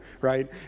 right